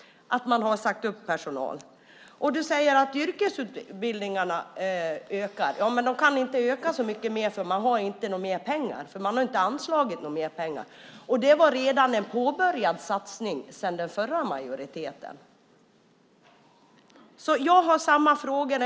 Du säger att yrkesutbildningarna ökar. Ja, men de kan inte öka så mycket mer eftersom man inte har mer pengar; mer pengar har ju inte anslagits. Vidare är det här fråga om en satsning som påbörjades av den förra majoriteten. Jag har fortfarande samma frågor.